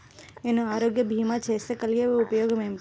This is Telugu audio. నేను ఆరోగ్య భీమా చేస్తే కలిగే ఉపయోగమేమిటీ?